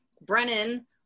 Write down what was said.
Brennan